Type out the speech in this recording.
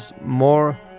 more